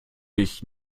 ich